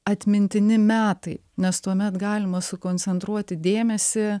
atmintini metai nes tuomet galima sukoncentruoti dėmesį